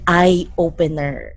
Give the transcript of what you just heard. eye-opener